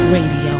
Radio